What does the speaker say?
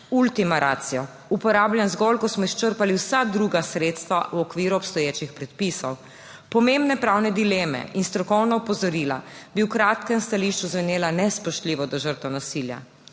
ultima ratio, uporabljen zgolj, ko smo izčrpali vsa druga sredstva v okviru obstoječih predpisov. Pomembne pravne dileme in strokovna opozorila bi v kratkem stališču zvenela nespoštljivo do žrtev nasilja,